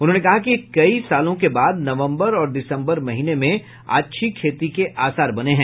उन्होंने कहा है कि कई सालों के बाद नवंबर और दिसंबर महीने में अच्छी खेती के आसार बने हैं